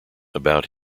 about